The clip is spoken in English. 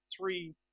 three